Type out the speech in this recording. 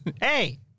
hey